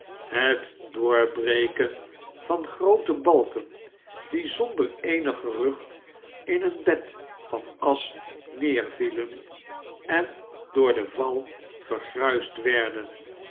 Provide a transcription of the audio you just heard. het doorbreken van groote balken die zonder eenig gerucht op een bed van asch neervielen en door den val vergruisd werden